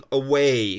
away